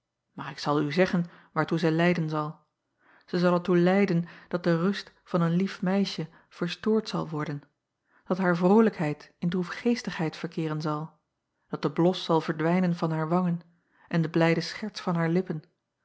maar ik zal u zeggen waartoe zij leiden zal ij zal er toe lei acob van ennep laasje evenster delen den dat de rust van een lief meisje verstoord zal worden dat haar vrolijkheid in droefgeestigheid verkeeren zal dat de blos zal verdwijnen van haar wangen en de blijde scherts van haar lippen